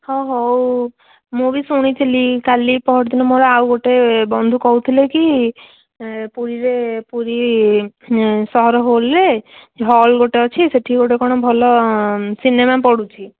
ହଁ ହଉ ମୁଁ ବି ଶୁଣିଥିଲି କାଲି ପଅରଦିନ ମୋର ଆଉ ଗୋଟେ ବନ୍ଧୁ କହୁଥିଲେ କି ପୁରୀରେ ପୁରୀ ସହର ହଲ୍ରେ ହଲ୍ ଗୋଟେ ଅଛି ସେଠି ଗୋଟେ କ'ଣ ଭଲ ସିନେମା ପଡ଼ୁଛି